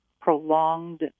prolonged